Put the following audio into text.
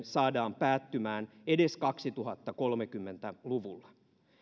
saadaan päättymään edes kaksituhattakolmekymmentä luvulla